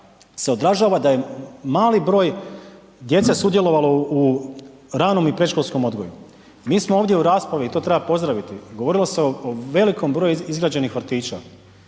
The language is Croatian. se odražava da je mali broj djece sudjelovalo u ranom i predškolskom odgoju. Mi smo ovdje u raspravi i to treba pozdraviti, govorilo se o velikom broju izgrađenih vrtića,